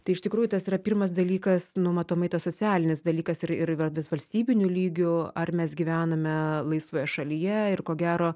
tai iš tikrųjų tas yra pirmas dalykas nu matomai tas socialinis dalykas ir ir va vis valstybiniu lygiu ar mes gyvename laisvoje šalyje ir ko gero